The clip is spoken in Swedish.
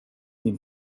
min